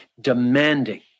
demanding